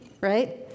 right